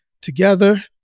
together